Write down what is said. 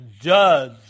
judge